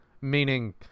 Meaning